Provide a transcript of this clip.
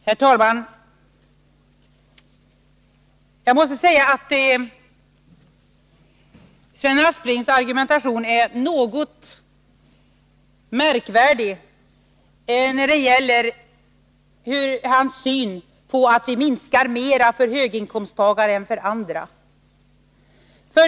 Herr talman! Jag måste säga att Sven Asplings argumentation är något märklig när det gäller hans syn' på att minskningen blir större för höginkomsttagare än för andra.